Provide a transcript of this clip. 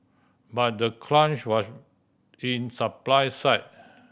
but the crunch was in supply side